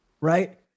right